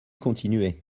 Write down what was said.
continuer